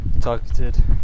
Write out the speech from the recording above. targeted